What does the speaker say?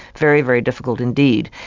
very, very difficult indeed.